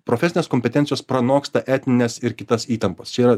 profesinės kompetencijos pranoksta etnines ir kitas įtampas čia yra